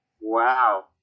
Wow